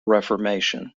reformation